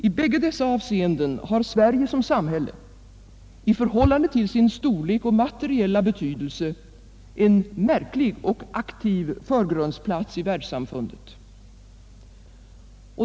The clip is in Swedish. I bägge dessa avseenden har Sverige som samhälle i förhållande till sin storlek och materiella betydelse en märklig och aktiv förgrundsplats i världssamfundet.